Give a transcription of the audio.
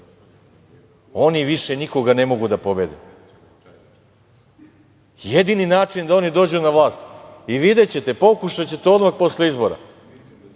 oni više nikoga ne mogu da pobede. Jedini način da oni dođu na vlast i videćete pokušaće to odmah posle izbora,